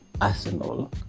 Arsenal